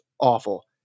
awful